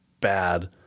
bad